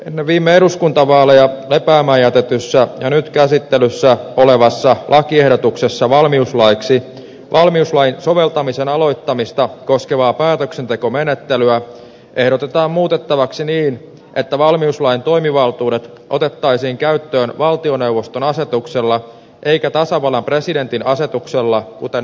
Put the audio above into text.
ennen viime eduskuntavaaleja lepäämään jätetyssä ja nyt käsittelyssä olevassa lakiehdotuksessa valmiuslaiksi valmiuslain soveltamisen aloittamista koskevaa päätöksentekomenettelyä ehdotetaan muutettavaksi niin että valmiuslain toimivaltuudet otettaisiin käyttöön valtioneuvoston asetuksella eikä tasavallan presidentin asetuksella kuten nykyisessä laissa